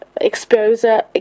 exposure